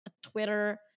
Twitter